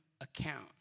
account